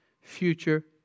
future